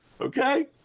okay